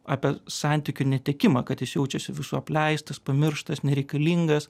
apie santykių netekimą kad jis jaučiasi visų apleistas pamirštas nereikalingas